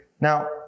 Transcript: Now